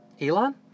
Elon